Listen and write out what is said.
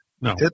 No